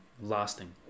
lasting